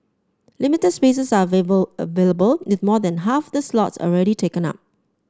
limited spaces are available with more than half of the slots already taken up